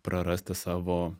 praras tą savo